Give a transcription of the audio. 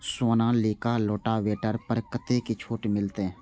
Sonalika rotavator पर कतेक छूट मिलते?